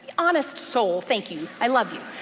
honest soul, thank you. i love you.